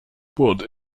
wood